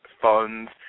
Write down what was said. funds